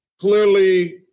Clearly